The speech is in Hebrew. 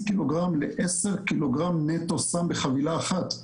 קילוגרם לעשר קילוגרם נטו סם בחבילה אחת,